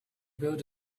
build